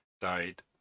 died